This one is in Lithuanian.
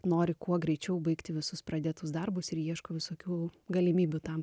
nori kuo greičiau baigti visus pradėtus darbus ir ieško visokių galimybių tam